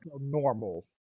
normal